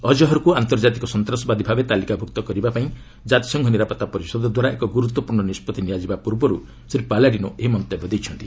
ଅକ୍ହର୍କୁ ଆନ୍ତର୍ଜାତିକ ସନ୍ତାସବାଦୀଭାବେ ତାଲିକାଭୁକ୍ତ କରିବାପାଇଁ କାତିସଂଘ ନିରାପତ୍ତା ପରିଷଦଦ୍ୱାରା ଏକ ଗୁରୁତ୍ୱପୂର୍ଣ୍ଣ ନିଷ୍କଭି ନିଆଯିବା ପୂର୍ବରୁ ଶ୍ରୀ ପାଲାଡିନୋ ଏହି ମନ୍ତବ୍ୟ ଦେଇଛନ୍ତି